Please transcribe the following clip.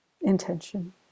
intention